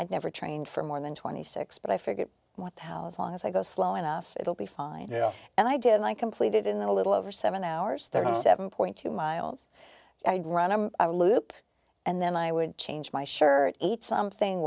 i'd never trained for more than twenty six but i figured what the hell is long as i go slow enough it'll be fine and i did like completed in the little over seven hours thirty seven two miles i'd run a loop and then i would change my shirt eat something